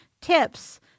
tips